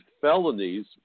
felonies